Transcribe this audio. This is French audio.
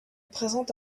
présente